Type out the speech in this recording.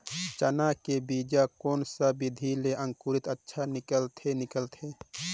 चाना के बीजा कोन सा विधि ले अंकुर अच्छा निकलथे निकलथे